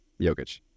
Jokic